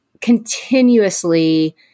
continuously